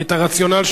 5749,